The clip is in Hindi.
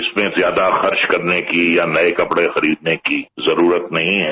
इसमें ज्यादा खर्च करने की या नए कपड़े खरीदने की जरूरत नहीं है